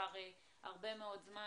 אז לא באמת נשיג את המטרה.